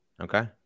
Okay